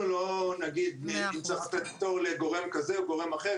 אנחנו לא נגיב אם צריך לתת פטור לגורם כזה או גורם אחר,